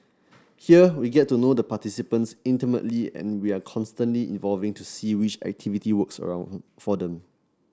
here we get to know the participants intimately and we are constantly evolving to see which activity works around for them